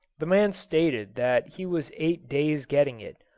the man stated that he was eight days getting it,